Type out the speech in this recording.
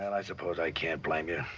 and i suppose i can't blame you.